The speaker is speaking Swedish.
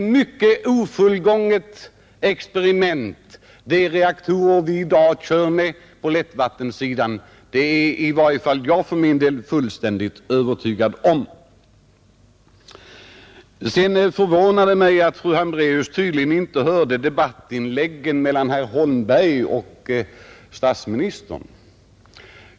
De reaktorer vi i dag kör med på lättvattensidan är att beteckna som ett ofullgånget experiment — det är i varje fall min övertygelse. Det förvånar mig att fru Hambraeus tydligen inte hörde inläggen i debatten mellan herr Holmberg och statsministern.